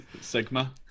sigma